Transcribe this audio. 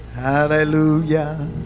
Hallelujah